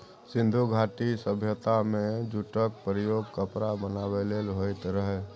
सिंधु घाटी सभ्यता मे जुटक प्रयोग कपड़ा बनाबै लेल होइत रहय